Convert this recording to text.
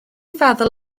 feddwl